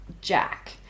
jack